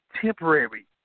temporary